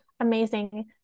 amazing